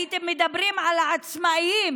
הייתם מדברים על העצמאים,